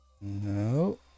No